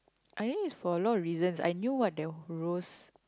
I think it's for a lot of reasons I knew what the rose